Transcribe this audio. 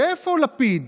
ואיפה לפיד?